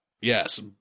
yes